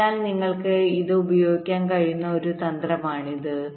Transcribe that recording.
അതിനാൽ നിങ്ങൾക്ക് ഇത് ഉപയോഗിക്കാൻ കഴിയുന്ന ഒരു തന്ത്രമാണിത്